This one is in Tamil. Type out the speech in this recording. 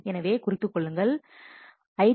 எனவே குறித்துக்கொள்ளுங்கள் ஐ